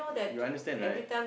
you understand right